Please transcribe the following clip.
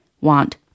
want